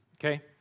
okay